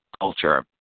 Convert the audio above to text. culture